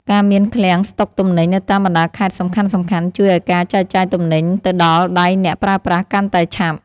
ការមានឃ្លាំងស្តុកទំនិញនៅតាមបណ្តាខេត្តសំខាន់ៗជួយឱ្យការចែកចាយទំនិញទៅដល់ដៃអ្នកប្រើប្រាស់កាន់តែឆាប់។